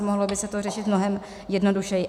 Mohlo by se to řešit mnohem jednodušeji.